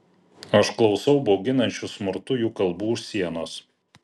aš klausau bauginančių smurtu jų kalbų už sienos